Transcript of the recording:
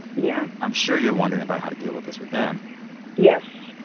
yeah. i'm sure you're wondering about how to deal with this with them yes.